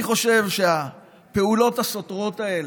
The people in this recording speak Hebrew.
אני חושב שהפעולות הסותרות האלה,